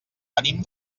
venim